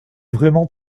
vraiment